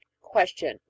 Question